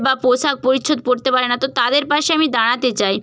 বা পোশাক পরিচ্ছদ পরতে পারে না তো তাদের পাশে আমি দাঁড়াতে চাই